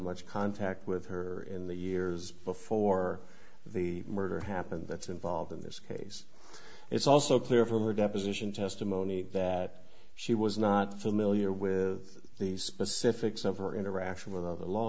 much contact with her in the years before the murder happened that's involved in this case it's also clear from her deposition testimony that she was not familiar with the specifics of her interaction with other law